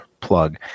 plug